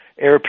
air